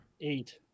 Eight